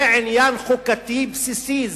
זה עניין חוקתי בסיסי,